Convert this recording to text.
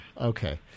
Okay